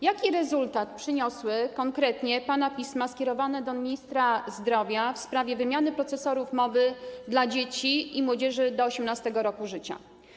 Jaki rezultat przyniosły konkretnie pana pisma skierowane do ministra zdrowia w sprawie wymiany procesorów mowy dla dzieci i młodzieży do 18. roku życia?